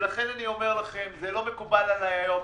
ולכן אני אומר לכם שזה לא מקובל עלי היום,